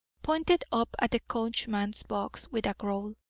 pointed up at the coachman's box with a growl,